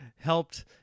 helped